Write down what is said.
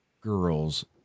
girls